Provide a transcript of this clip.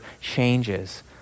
changes